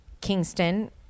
Kingston